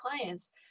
clients